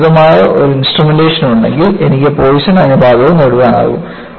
എനിക്ക് ഉചിതമായ ഒരു ഇൻസ്ട്രുമെന്റേഷൻ ഉണ്ടെങ്കിൽ എനിക്ക് പോയിസൺ അനുപാതവും നേടാനാകും